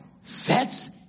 sets